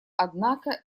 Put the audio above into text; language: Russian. однако